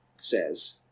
says